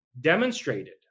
demonstrated